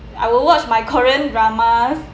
I will watch my korean dramas